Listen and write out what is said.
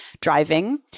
driving